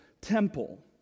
temple